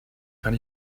kann